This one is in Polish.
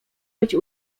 być